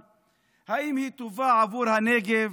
האם היא טובה עבור הנגב?